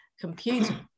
computer